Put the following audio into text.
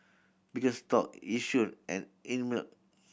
Birkenstock Yishion and Einmilk